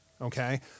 okay